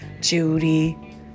Judy